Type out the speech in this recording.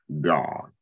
God